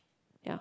yeah